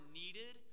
needed